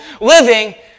living